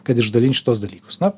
kad išdalint šituos dalykus na